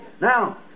Now